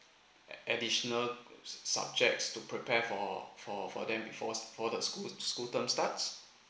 add~ additional subjects to prepare for for for them before before the school school term starts